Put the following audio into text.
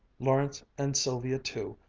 lawrence, and sylvia too,